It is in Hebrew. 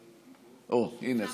הינה,